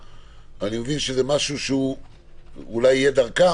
אני מבין שזה יהיה משהו שאולי יהיה דרכם